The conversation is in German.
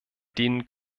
denen